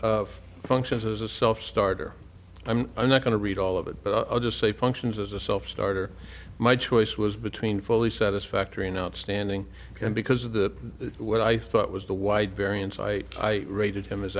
ok functions as a self starter i'm not going to read all of it but i'll just say functions as a self starter my choice was between fully satisfactory and outstanding because of the what i thought was the wide variance i rated him as